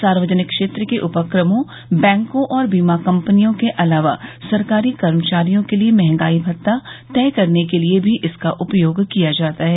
सार्वजनिक क्षेत्र के उपक्रमों बैंकों और बीमा कंपनियों के अलावा सरकारी कर्मचारियों के लिए महंगाई भत्ता तय करने के लिए भी इसका उपयोग किया जाता है